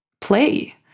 play